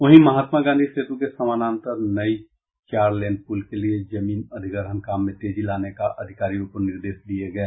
वहीं महात्मा गांधी सेतु के समानान्तर नई चार लेन पुल के लिए जमीन अधिग्रहण काम में तेजी लाने का अधिकारियों को निर्देश दिये गये